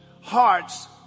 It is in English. hearts